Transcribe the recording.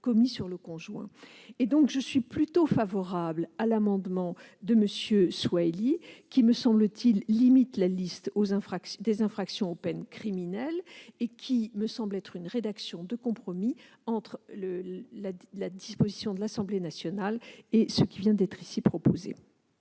commis sur le conjoint. Je suis donc plutôt favorable à l'amendement de M. Mohamed Soilihi, qui tend à limiter la liste des infractions aux peines criminelles et me semble être une rédaction de compromis entre la disposition de l'Assemblée nationale et ce qui vient d'être ici proposé.